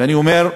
ואני אומר,